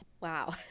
Wow